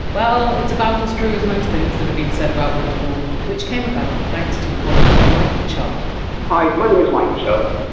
well, it's about as true as most things that have been said about winterval. which came about thanks to one mike chubb hi, my name is mike chubb.